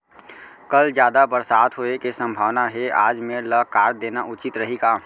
कल जादा बरसात होये के सम्भावना हे, आज मेड़ ल काट देना उचित रही का?